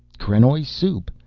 krenoj soup,